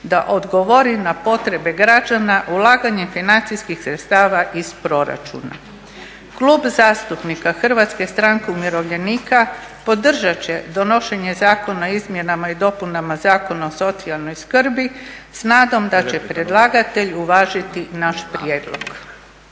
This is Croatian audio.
da odgovori na potrebe građana ulaganjem financijskih sredstava iz proračuna. Klub zastupnika HSU-a podržat će donošenje zakona o izmjenama i dopunama Zakona o socijalnoj skrbi s nadom da će predlagatelj uvažiti naš prijedlog.